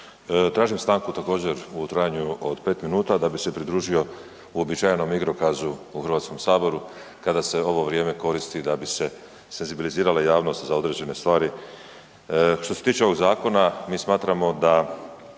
Tražim stanku također u trajanju od 5 minuta da bi se pridružio uobičajenom igrokazu u Hrvatskom saboru kada se ovo vrijeme koristi da bi se senzibilizirala javnost za određene stvari. Što se tiče ovog zakona mi smatramo da